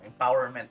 Empowerment